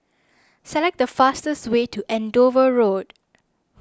select the fastest way to Andover Road